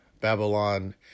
Babylon